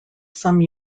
some